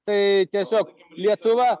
tai tiesiog lietuva